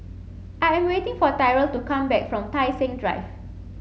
I am waiting for Tyrell to come back from Tai Seng Drive